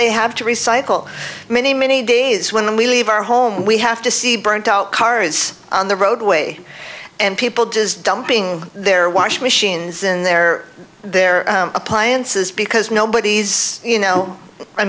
they have to recycle many many days when we leave our home we have to see burnt out cars on the roadway and people just dumping their washing machines in there they're appliances because nobody's you know i